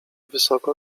wysoko